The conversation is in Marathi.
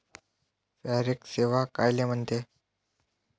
फॉरेक्स सेवा कायले म्हनते?